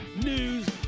news